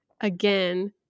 again